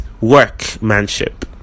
workmanship